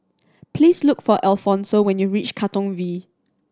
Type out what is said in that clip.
please look for Alfonso when you reach Katong V